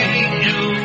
angel